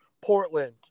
Portland